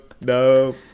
no